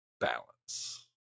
balance